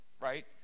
right